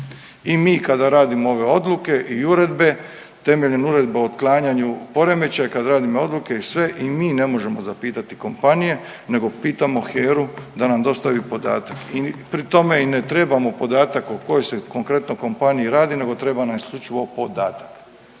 i mi kada radimo ove odluke i uredbe, temeljem Uredba o otklanjanju poremećaja kad radimo odluke i sve i mi ne možemo zapitati kompanije nego pitamo HERA-u da nam dostavi podatak i pri tome i ne trebamo podatak o kojoj se konkretno kompaniji radi nego treba nam isključivo podatak